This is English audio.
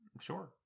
sure